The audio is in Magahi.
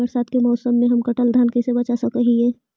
बरसात के मौसम में हम कटल धान कैसे बचा सक हिय?